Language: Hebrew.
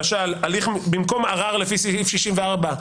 למשל במקום ערר לפי סעיף 64,